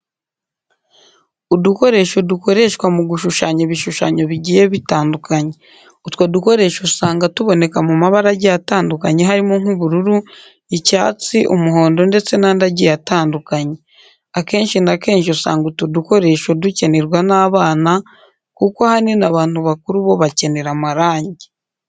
Udukoresho dukoreshwa mu gushushanya ibishushanyo bigiye bitandukanye. Utwo dukoresho usanga tuboneka mu mabara agiye atandukanye harimo nk'ubururu, icyatsi, umuhondo, ndetse n'andi agiye atandukanye. Akenshi na kenshi usanga utu dukoresho dukenerwa n'abana, kuko ahanini abantu bakuru bo bakenera amarangi.